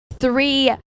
three